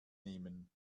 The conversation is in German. nehmen